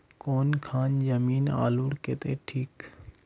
कौन खान जमीन आलूर केते ठिक?